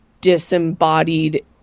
disembodied